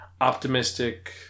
optimistic